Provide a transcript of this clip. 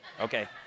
Okay